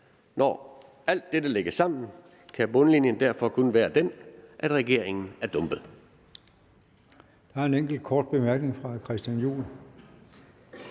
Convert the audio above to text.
Når alt dette lægges sammen, kan bundlinjen derfor kun være den, at regeringen er dumpet.